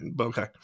okay